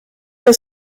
der